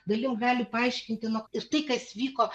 dalim gali paaiškinti nok ir tai kas vyko